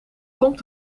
komt